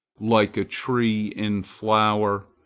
like a tree in flower,